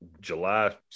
July